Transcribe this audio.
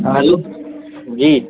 ہاں ہلو جی